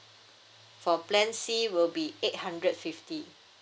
for plan C will be eight hundred fifty